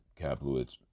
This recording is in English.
Kaplowitz